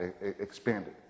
expanded